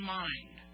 mind